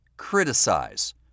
criticize